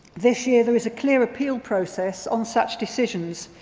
this year, there's a clear appeal process on such decisions.